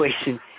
situation